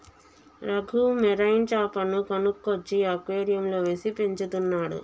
Raghu marine చాపను కొనుక్కొచ్చి అక్వేరియంలో వేసి పెంచుతున్నాడు